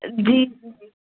जी जी